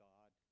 God